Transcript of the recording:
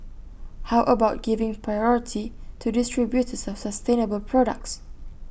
how about giving priority to distributors of sustainable products